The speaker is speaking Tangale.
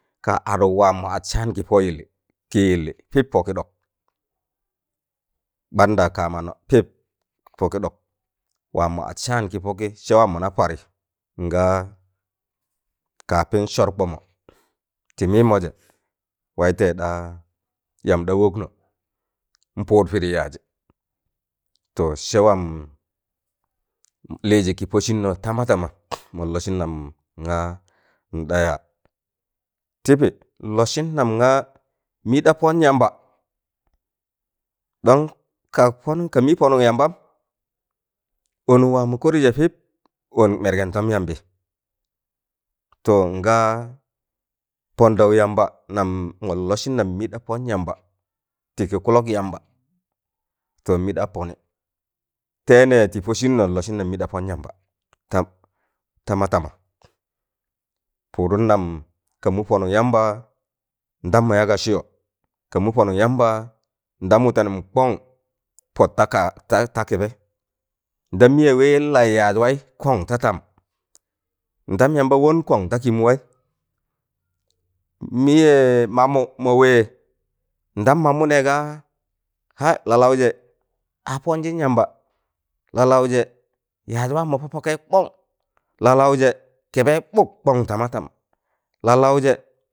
Ka adụk waam mọ at saan kị pọ yịllị, kịyịllị pịp pọkịɗọk ɓanda ka manọ pịp pọkị ɗọk waam mọ at saan kị pọkị se wam mona pari nga kapin sọr kbọmọ tị mịịmọjẹ waịtẹị ɗa yam da wọknọ npụụd pịdị yaajị to sẹ waam Lịịjị ki pọsịnnọ tama tama mọn lọsịn nam ngaa mọn ɗa yaa. Tibị nlọsịn nam nga mịɗa pọn yamba ɗon kag pọnụk ka mị pọnụk yambam ọnụk wamọ kọrịjẹ pịp wọn mẹrgẹn tọm yambị to nga pọndaụ yamba nam mọn lọsịn nam mị ɗa pọn yamba tịkị kụlọg yamba pọn mị ɗa pọnị, tẹ nẹ tị pọsịn nọ nlọsịn nam mị ɗa pọn yamba tam- tama tama pụụdụn nam ka mụ pọnụk yamba nda mọ yaga sịyọ ka mụ pọnụk yamba ndam wụtẹnụm kọn pọt ta kaa pọt ta kẹbẹị ndam mịyẹ wẹ laị yaaz waị kọn ta tam nda yamba wọn kọn ta kị mụwaị mịya mamụ mawẹ ndam mamụ nẹgaa aị lalaụjẹ a ponjin yamba lalauje yaaz waam mọ pọ pakaị kọn, lalaụjẹ kẹbẹị ɓụk kọn tama tama, lalaụjẹ